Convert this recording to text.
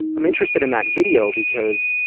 i'm interested in that video because,